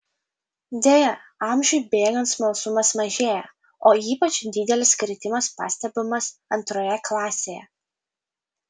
deja amžiui bėgant smalsumas mažėja o ypač didelis kritimas pastebimas antroje klasėje